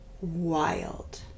wild